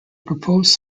proposed